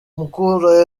mukura